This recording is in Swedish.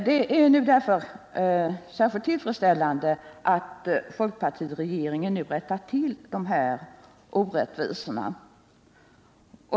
Det är därför särskilt tillfredsställande att folkpartiregeringen nu rättar till de här orättvisorna.